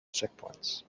checkpoints